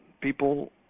people